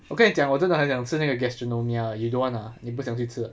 我跟你讲我真的很想吃那个 gastronomia you don't want lah 你不想去吃